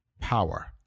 power